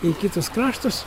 į kitus kraštus